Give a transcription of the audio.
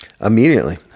immediately